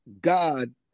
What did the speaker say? God